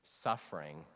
suffering